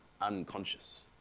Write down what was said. unconscious